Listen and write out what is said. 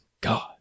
God